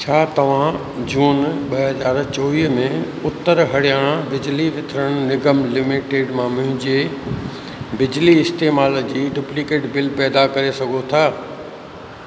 छा तव्हां जून ॿ हज़ार चोवीह में उत्तर हरियाणा बिजली वितरण निगम लिमिटेड मां मुंहिंजे बिजली इस्तेमालु जी डुप्लीकेट बिल पैदा करे सघो था